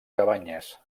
cabanyes